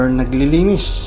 naglilinis